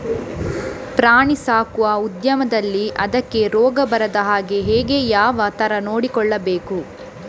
ಪ್ರಾಣಿ ಸಾಕುವ ಉದ್ಯಮದಲ್ಲಿ ಅದಕ್ಕೆ ರೋಗ ಬಾರದ ಹಾಗೆ ಹೇಗೆ ಯಾವ ತರ ನೋಡಿಕೊಳ್ಳಬೇಕು?